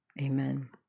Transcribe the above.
Amen